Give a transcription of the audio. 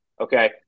okay